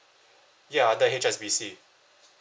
ya the H_S_B_C